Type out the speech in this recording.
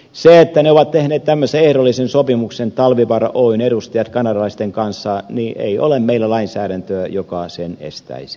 kun talvivaara oyn edustajat ovat tehneet tämmöisen ehdollisen sopimuksen kanadalaisten kanssa niin meillä ei ole lainsäädäntöä joka sen estäisi